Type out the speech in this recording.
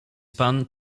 pan